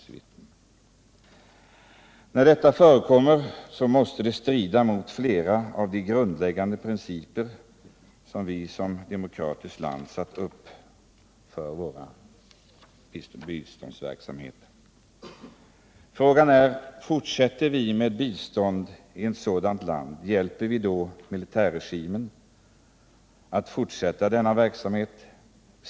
Att något sådant förekommer måste strida mot flera av de grundläggande principer som vi i vårt demokratiska land fastlagt som förutsättningar för vår biståndsverksamhet. Frågan är: Om vi fortsätter att lämna bistånd till ett sådant land, hjälper vi då inte militärregimen där att fortsätta denna verksamhet?